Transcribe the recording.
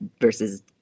versus